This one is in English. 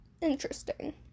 Interesting